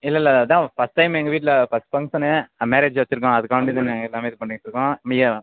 இல்லை இல்லை இதுதான் ஃபர்ஸ்ட் டைம் எங்கள் வீட்டில் ஃப ஃபங்க்ஷனு அ மேரேஜு வச்சுருக்கோம் அதுக்காண்டி தான் நாங்கள் எல்லாமே இது பண்ணிட்டுருக்கோம்